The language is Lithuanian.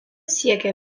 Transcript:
siekia